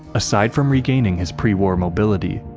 aside from regaining his pre-war mobility,